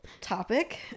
topic